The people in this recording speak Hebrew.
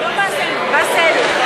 לא באסם, באסל.